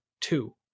Two